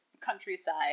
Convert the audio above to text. countryside